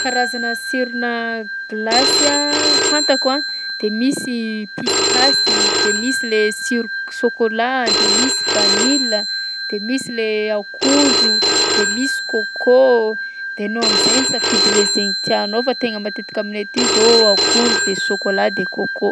Karazana sirona gilasy a fantako a: de misy pistasy, de misy le siro k- sôkôla de misy vanila de misy le akondro de misy coco. De anao am'izay misafidy le zaigny tianao fa matetika aminay aty zao akondro de sôkôla de coco.